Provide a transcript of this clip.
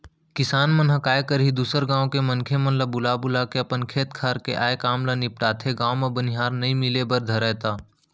किसान मन ह काय करही दूसर गाँव के मनखे मन ल बुला बुलाके अपन खेत खार के आय काम ल निपटाथे, गाँव म बनिहार नइ मिले बर धरय त